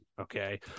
Okay